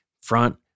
front